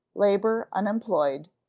labor unemployed,